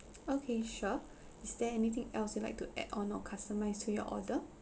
okay sure is there anything else you'd like to add on or customise to your order